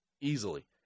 easily